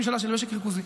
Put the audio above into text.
50 שנה של משק ריכוזי.